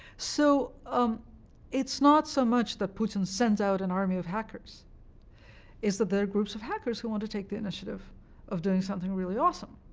so um it's not so much that putin sends out an army of hackers it's that there are groups of hackers who want to take the initiative of doing something really awesome,